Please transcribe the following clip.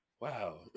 Wow